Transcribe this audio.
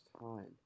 time